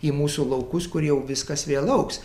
į mūsų laukus kur jau viskas vėl augs